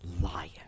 lion